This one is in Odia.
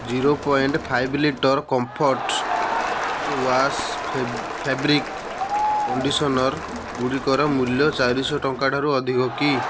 zero point five litre comfort after wash ଫେ ଫେବ୍ରିକ୍ କଣ୍ଡିସନର୍ଗୁଡ଼ିକର ମୂଲ୍ୟ ଚାରିଶହ ଟଙ୍କାଠାରୁ ଅଧିକ କି